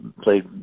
played